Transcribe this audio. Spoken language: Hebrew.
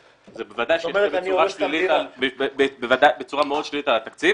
כך שזה בוודאי ישפיע בצורה מאוד שלילית על התקציב.